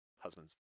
husband's